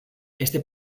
este